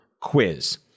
quiz